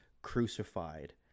crucified